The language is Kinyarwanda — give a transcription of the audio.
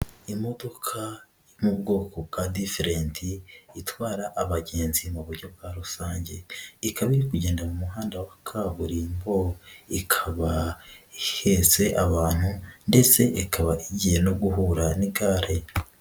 Imodoka yo mu bwoko bwa diferenti, itwara abagenzi mu buryo bwa rusange ikabaje kugenda mu muhanda wa kaburimbo, ikaba ihentse abantu ndetse ikaba igiye no guhura n'igare.